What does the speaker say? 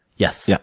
yes. yeah